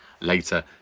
later